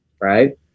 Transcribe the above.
Right